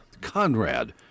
Conrad